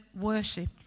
worship